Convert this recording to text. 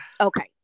Okay